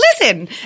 listen